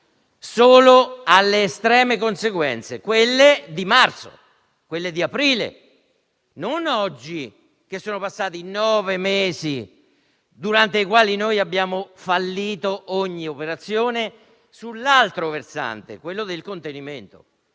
condizioni estreme, quali erano quelle di marzo e di aprile, non oggi, che sono passati nove mesi, durante i quali abbiamo fallito ogni operazione sull'altro versante, quello del contenimento.